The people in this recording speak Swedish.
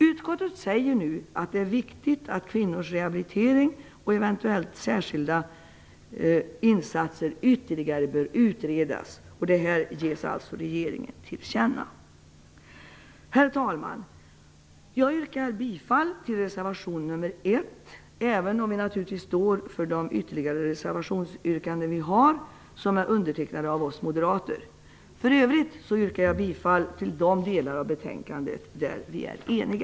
Utskottet säger nu att det är viktigt att kvinnors rehabilitering och eventuellt särskilda insatser ytterligare bör utredas, och det här ges alltså regeringen till känna. Herr talman! Jag yrkar bifall till reservation nr 1 även om jag också naturligtvis står bakom de ytterligare reservationer som är undertecknade av oss moderater. För övrigt yrkar jag bifall i de delar av betänkandet där vi är eniga.